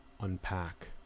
unpack